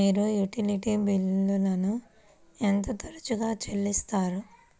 మీరు యుటిలిటీ బిల్లులను ఎంత తరచుగా చెల్లిస్తారు?